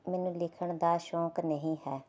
ਮੈਨੂੰ ਲਿਖਣ ਦਾ ਸ਼ੌਕ ਨਹੀਂ ਹੈ